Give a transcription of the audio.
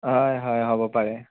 হয় হয় হ'ব পাৰে